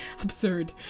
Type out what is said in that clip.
absurd